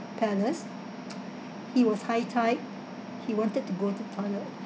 palace he was high tide he wanted to go to toilet